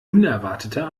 unerwarteter